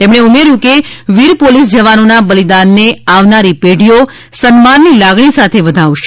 તેમણે ઉમેર્યું હતું કે વીર પોલીસ જવાનોના બલિદાનને આવનારી પેઢીઓ સન્માનની લાગણી સાથે વધાવશે